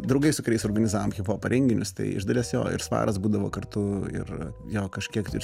draugai su kuriais organizavom hiphopo renginius tai iš dalies jo ir svaras būdavo kartu ir jo kažkiek tai ir